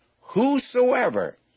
whosoever